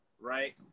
right